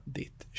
ditt